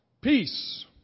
peace